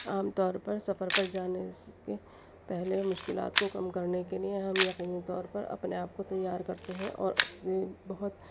عام طور پر سفر پر جانے کے پہلے مشکلات کو کم کرنے کے لیے ہم یقینی طور پر اپنے آپ کو تیّار کرتے ہیں اور بہت